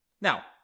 Now